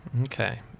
Okay